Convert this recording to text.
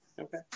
Okay